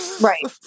Right